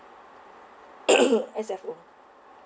S_S_O